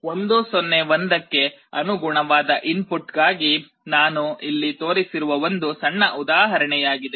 1 0 1 ಕ್ಕೆ ಅನುಗುಣವಾದ ಇನ್ಪುಟ್ಗಾಗಿ ನಾನು ಇಲ್ಲಿ ತೋರಿಸಿರುವ ಒಂದು ಸಣ್ಣ ಉದಾಹರಣೆಯಾಗಿದೆ